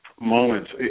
Moments